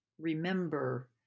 remember